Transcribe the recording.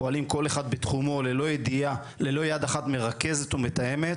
פועלים כל אחד בתחומו ללא יד אחת מרכזת ומתאמת,